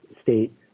state